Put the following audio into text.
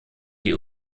die